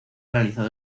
realizado